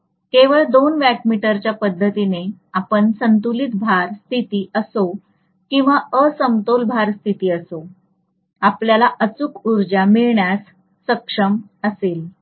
केवळ दोन वॅट मीटरच्या मदतीने आपण संतुलित भार स्थिती असो किंवा असमतोल भार स्थिती सामान्य असो आपल्याला अचूक उर्जा मिळण्यास सक्षम असेल